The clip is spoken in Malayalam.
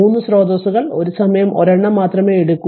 3 സ്രോതസ്സുകൾ ഒരു സമയം ഒരെണ്ണം മാത്രമേ എടുക്കൂ